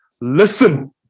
Listen